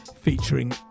featuring